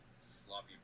sloppy